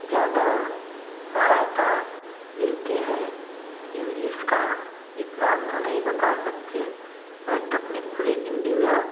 ज़्यादा सहायता लेते हैं इंग्लिस का इतना तो नहीं बता सकते बट अपने पूरे इंडिया